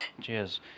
Cheers